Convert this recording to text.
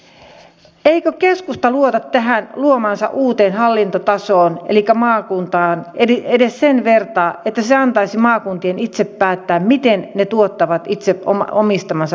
eikö keskusta luota tähän luomaansa uuteen hallintotasoon elikkä maakuntaan edes sen vertaa että se antaisi maakuntien itse päättää miten ne tuottavat itse omistamansa palvelut